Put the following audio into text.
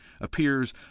appears